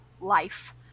life